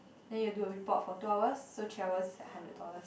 then you do a report for two hours so three hours is like hundred dollars